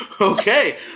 Okay